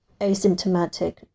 asymptomatic